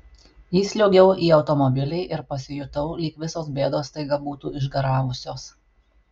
įsliuogiau į automobilį ir pasijutau lyg visos bėdos staiga būtų išgaravusios